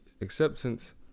Acceptance